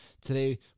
Today